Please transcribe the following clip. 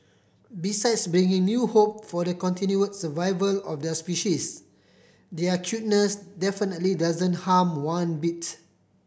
besides bringing new hope for the continue survival of their species their cuteness definitely doesn't harm one bits